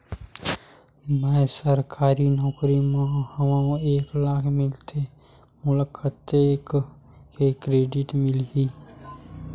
मैं सरकारी नौकरी मा हाव एक लाख मिलथे मोला कतका के क्रेडिट मिलही?